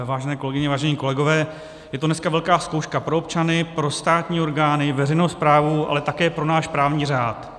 Vážené kolegyně, vážení kolegové, je to dneska velká zkouška pro občany, pro státní orgány, veřejnou správu, ale také pro náš právní řád.